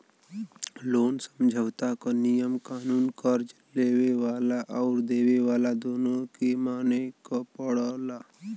loan समझौता क नियम कानून कर्ज़ लेवे वाला आउर देवे वाला दोनों के माने क पड़ला